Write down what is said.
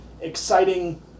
exciting